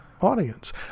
audience